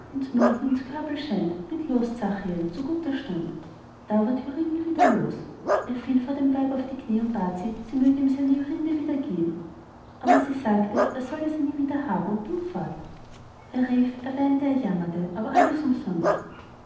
ins körbel scheint bind los zachiel zu guter stund da wurd joringel los er fiel vor dem weib auf die knie und bat sie mögte ihm seine jorinde wieder geben aber sie sagte er solle sie nie wieder haben und ging fort er rief er weinte er jammerte aber alles umsonst